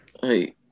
Hey